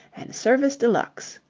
and service de luxe.